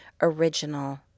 original